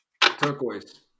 Turquoise